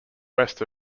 west